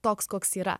toks koks yra